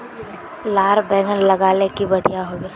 लार बैगन लगाले की बढ़िया रोहबे?